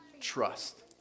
trust